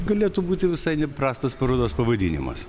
galėtų būti visai neprastas parodos pavadinimas